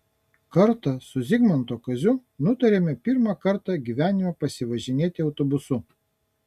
kartą su zigmanto kaziu nutarėme pirmą kartą gyvenime pasivažinėti autobusu